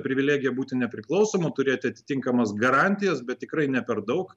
privilegija būti nepriklausomu turėti atitinkamas garantijas bet tikrai ne per daug